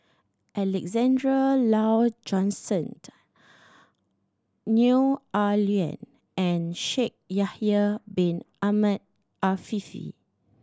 Alexander Laurie Johnston Neo Ah Luan and Shaikh Yahya Bin Ahmed Afifi